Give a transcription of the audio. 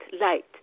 Light